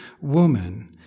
woman